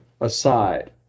aside